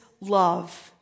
love